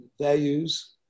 values